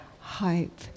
hope